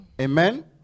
Amen